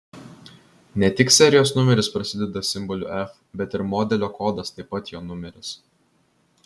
ne tik serijos numeris prasideda simboliu f bet ir modelio kodas taip pat jo numeris